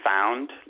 found